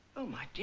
oh my dear